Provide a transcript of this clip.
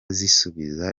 zisubiza